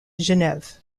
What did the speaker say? genève